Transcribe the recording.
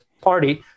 party